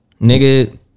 Nigga